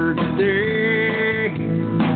today